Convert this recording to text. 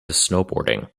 snowboarding